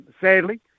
sadly